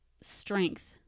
strength